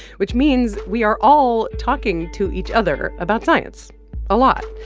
which means we are all talking to each other about science a lot.